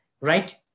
right